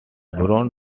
brown